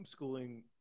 Homeschooling